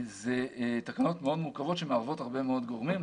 אלה תקנות מאוד מורכבות שמערבות הרבה מאוד גורמים.